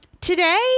Today